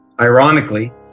Ironically